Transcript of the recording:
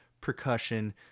percussion